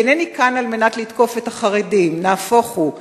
אינני כאן על מנת לתקוף את החרדים, נהפוך הוא.